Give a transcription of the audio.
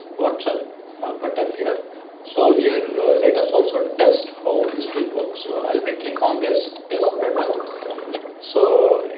what's up button here so here let us also test how this will work. so i will be click on this test button so